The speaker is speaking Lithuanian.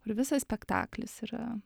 ir visas spektaklis yra